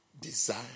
desire